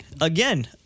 Again